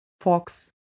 fox